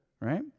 right